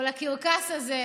או לקרקס הזה: